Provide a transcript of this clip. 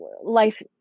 life